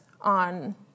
on